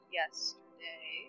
yesterday